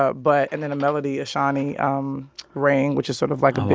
ah but and then a melody ehsani um ring, which is sort of like a big